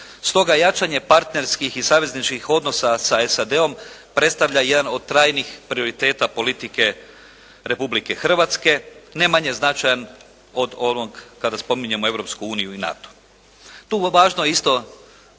Stoga jačanje partnerskih i savezničkih odnosa sa SAD-om predstavlja jedan od trajnih prioriteta politike Republike Hrvatske ne manje značajan od onog kada spominjemo Europsku uniju i NATO. Tu je važno isto